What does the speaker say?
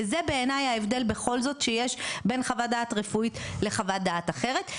וזה בעיניי ההבדל בכל זאת שיש בין חוות דעת רפואית לחוות דעת אחרת.